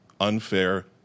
unfair